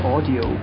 Audio